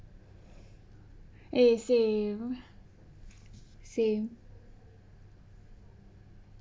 eh same same